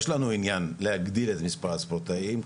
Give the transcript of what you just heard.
יש לנו עניין להגדיל את מספר הספורטאים,